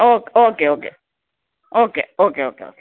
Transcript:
okay okay okay okay okay okay okay